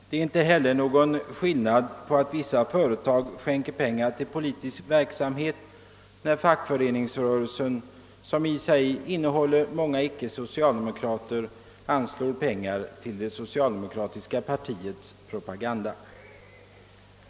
Det är inte heller någon principiell skillnad mellan det förhållandet att vissa företag skänker pengar till politisk verksamhet och det faktum att fackföreningsrörelsen, som har många medlemmar som icke är socialdemokrater, anslår medel till det socialdemokratiska partiets propaganda.